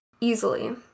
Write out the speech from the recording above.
easily